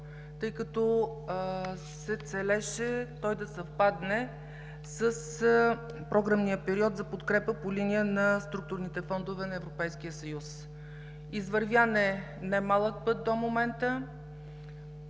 тъй като се целеше той да съвпадне с програмния период за подкрепа по линия на структурните фондове на Европейския съюз. Извървян е немалък път до момента